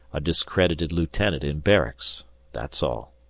a discredited lieutenant in barracks that's all.